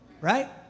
Right